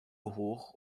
hoch